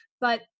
but-